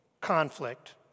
conflict